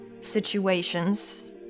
situations